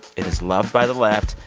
it is loved by the left,